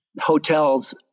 hotels